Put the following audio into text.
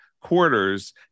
quarters